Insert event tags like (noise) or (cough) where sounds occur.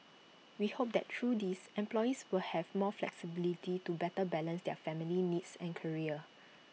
we hope that through these employees will have more (noise) flexibility to better balance their family needs and careers